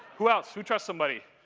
who else, who trusts somebody?